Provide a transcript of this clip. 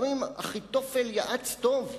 גם אם אחיתופל יעץ טוב,